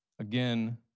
Again